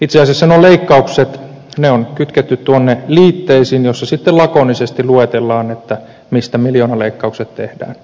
itse asiassa nuo leikkaukset on kytketty tuonne liitteisiin joissa sitten lakonisesti luetellaan mistä miljoonaleikkaukset tehdään